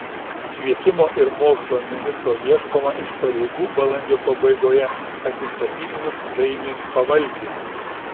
švietimo ir mokslo ministro ieškoma iš pareigų balandžio pabaigoje atsistatydinus dainiui pavalkiui